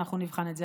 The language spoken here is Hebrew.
אנחנו נבחן את זה,